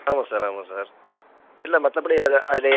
ஆமாம் சார் ஆமாம் சார் இல்லை மற்றப்படி அது அது ஏதோ